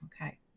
okay